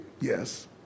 yes